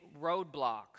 roadblocks